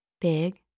Big